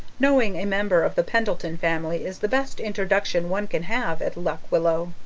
knowing a member of the pendleton family is the best introduction one can have at lock willow.